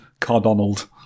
Cardonald